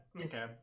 Okay